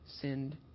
sinned